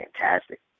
fantastic